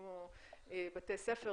כמו בתי ספר,